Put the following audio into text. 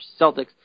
Celtics